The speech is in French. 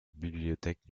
bibliothèque